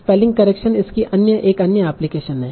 spelling correction इसकी एक अन्य एप्लीकेशन हैं